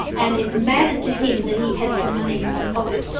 and it mattered to him that he had some money in his pocket.